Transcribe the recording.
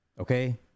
Okay